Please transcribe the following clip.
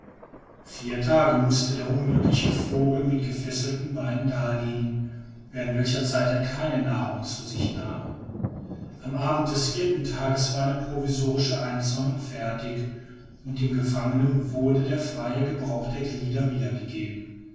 vier tage mußte der unglückliche vogel mit gefesselten beinen daliegen während welcher zeit er keine nahrung zu sich nahm am abend des vierten tages war eine provisorische einzäunung fertig und dem gefangenen wurde der freie gebrauch der glieder wiedergegeben